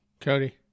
Cody